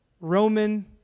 Roman